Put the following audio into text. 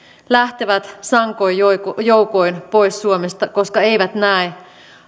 lähtevät sankoin joukoin joukoin pois suomesta koska eivät näe